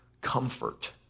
comfort